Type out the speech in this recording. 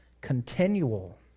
continual